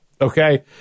okay